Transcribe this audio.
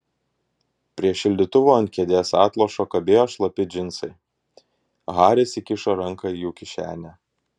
prie šildytuvo ant kėdės atlošo kabėjo šlapi džinsai haris įkišo ranką į jų kišenę